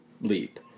leap